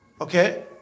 Okay